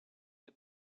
nie